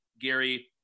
Gary